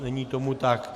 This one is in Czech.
Není tomu tak.